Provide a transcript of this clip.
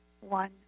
one